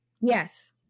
Yes